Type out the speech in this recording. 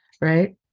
right